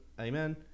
amen